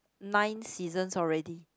nine seasons already